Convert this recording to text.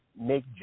make